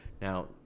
now